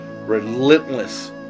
relentless